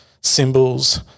symbols